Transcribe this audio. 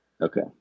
Okay